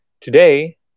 Today